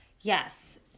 Yes